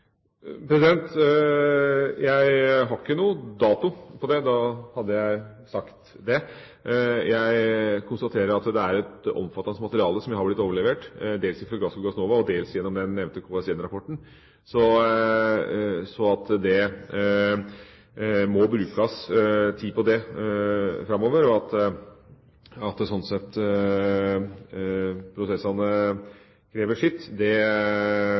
Jeg har ikke noen dato for det; da hadde jeg sagt det. Jeg konstaterer at det er et omfattende materiale som er blitt overlevert, dels fra Gassco og Gassnova og dels gjennom den nevnte KS1-rapporten. Så det at det må brukes tid på det framover, og at prosessene slik sett krever sitt,